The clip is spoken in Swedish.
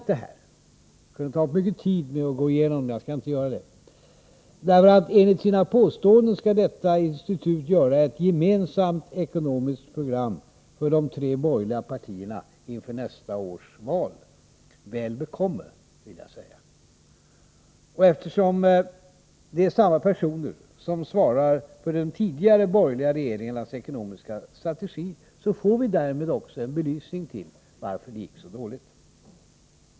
Men det skulle behövas mycket tid för att gå igenom detta, så jag skall inte göra det. Enligt vad man från nämnda instituts sida påstått skall man göra upp ett gemensamt ekonomiskt program för de tre borgerliga partierna inför nästa års val. Jag vill då säga: Väl bekomme! Eftersom det är samma personer som svarar för de tidigare borgerliga regeringarnas ekonomiska strategi, får vi därmed också belyst varför det gick så dåligt.